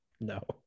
no